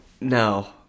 No